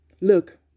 Look